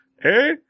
hey